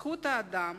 זכות האדם